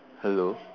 hello